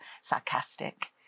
sarcastic